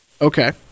Okay